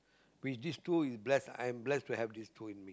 with these two is blessed I'm blessed to have these two in me